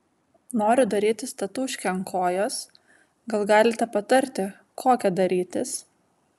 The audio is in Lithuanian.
noriu darytis tatūškę ant kojos gal galite patarti kokią darytis